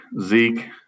Zeke